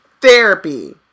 therapy